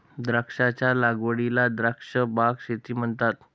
द्राक्षांच्या लागवडीला द्राक्ष बाग शेती म्हणतात